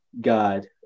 God